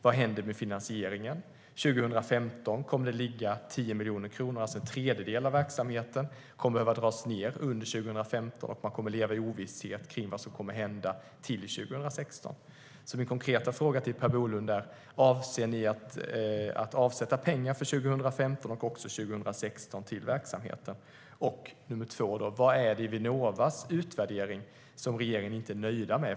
Vad händer med finansieringen 2015? Kommer det att ligga 10 miljoner kronor, eller kommer en tredjedel av verksamheten att behöva dras ned 2015? Kommer man att leva i ovisshet om vad som händer till 2016?Min konkreta fråga till Per Bolund är: Avser ni att avsätta pengar till verksamheten för 2015 och även för 2016? Min andra fråga är: Vad är det i Vinnovas utvärdering som regeringen inte är nöjd med?